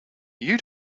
you